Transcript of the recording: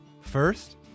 First